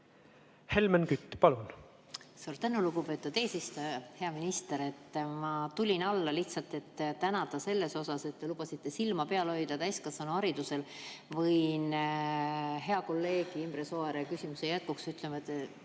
Helmen Kütt, palun!